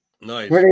Nice